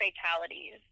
fatalities